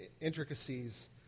intricacies